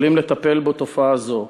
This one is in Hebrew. יכולים לטפל בתופעה זו.